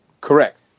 Correct